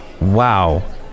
Wow